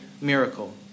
miracle